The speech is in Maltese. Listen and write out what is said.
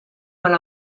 mal